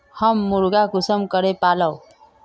हम मुर्गा कुंसम करे पालव?